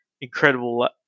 incredible